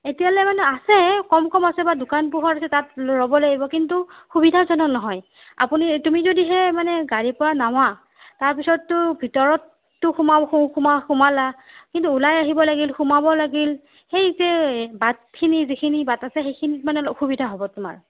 এতিয়ালৈ মানে আছে কম কম আছে দোকান পোহাৰ আছে তাত ৰ'ব লাগিব কিন্তু সুবিধাজনক নহয় আপুনি তুমি যদি সেই গাড়ীৰ পৰা নামা তাৰ পিছততো ভিতৰততো সো সোমাল সোমালা কিন্তু উলাই আহিব লাগিল সোমাব লাগিল সেই যে বাটখিনি যিখিনি বাট আছে সেইখিনিত মানে অসুবিধা হ'ব তোমাৰ